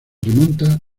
remonta